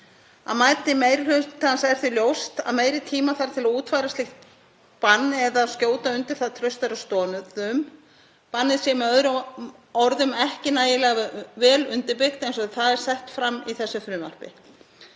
Að mati meiri hlutans er ljóst að meiri tíma þarf til að útfæra slíkt bann og skjóta undir það traustari stoðum. Bannið sé með öðrum orðum ekki nægilega vel undirbyggt eins og það er sett fram í þessu frumvarpi.